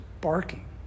barking